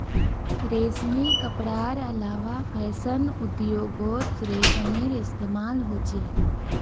रेशमी कपडार अलावा फैशन उद्द्योगोत रेशमेर इस्तेमाल होचे